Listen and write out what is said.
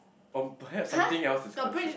or perhaps something else is contri~